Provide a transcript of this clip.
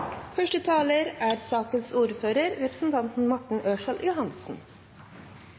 Første taler er representanten